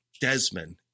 Desmond